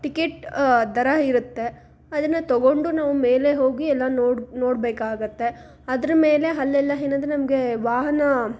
ticket ದರ ಇರುತ್ತೆ ಅದನ್ನು ತೊಗೊಂಡು ನಾವು ಮೇಲೆ ಹೋಗಿ ಎಲ್ಲ ನೋಡಿ ನೋಡಬೇಕಾಗತ್ತೆ ಅದ್ರ ಮೇಲೆ ಅಲ್ಲೆಲ್ಲ ಏನಂದ್ರೆ ನಮಗೆ ವಾಹನ